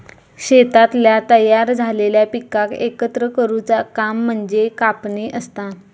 शेतातल्या तयार झालेल्या पिकाक एकत्र करुचा काम म्हणजे कापणी असता